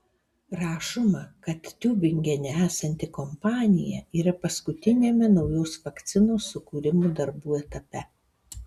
rašoma kad tiubingene esanti kompanija yra paskutiniame naujos vakcinos sukūrimo darbų etape